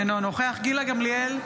אינו נוכח גילה גמליאל,